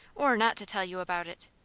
or not to tell you about it.